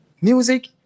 music